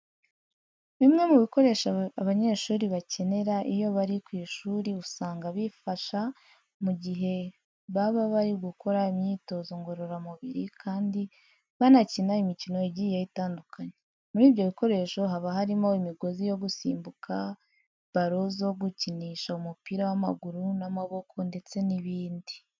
Bimwe mu bikoresho abanyeshuri bakenera iyo bari ku ishuri, usanga bibafasha mu gihe baba bari gukora imyitozo ngororamubiri kandi banakina imikino igiye itandukanye. Muri ibyo bikoresho haba harimo imigozi yo gusimbuka, baro zo gukinisha umupira w'amaguru n'amaboko ndetse n'ibindi.